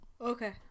okay